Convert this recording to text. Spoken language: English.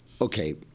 Okay